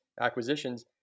acquisitions